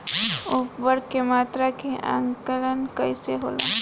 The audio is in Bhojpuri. उर्वरक के मात्रा के आंकलन कईसे होला?